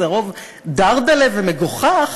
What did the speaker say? זה רוב "דרדלה" ומגוחך,